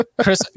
Chris